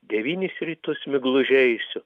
devynis rytus migluže eisiu